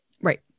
Right